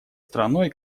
страной